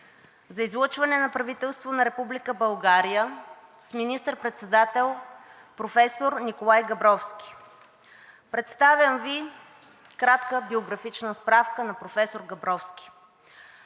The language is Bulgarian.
за излъчване на правителство на Република България с министър-председател професор Николай Габровски. Представям Ви кратка биографична справка на професор Габровски: